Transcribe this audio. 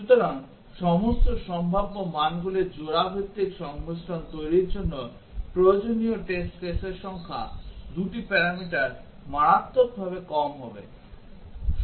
সুতরাং সমস্ত সম্ভাব্য মানগুলির জোড়া ভিত্তিক সংমিশ্রণ তৈরির জন্য প্রয়োজনীয় টেস্ট কেসের সংখ্যা 2 টি প্যারামিটার মারাত্মকভাবে কম হবে